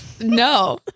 No